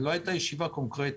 לא הייתה ישיבה קונקרטית.